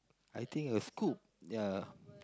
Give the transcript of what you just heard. I think a scoop ya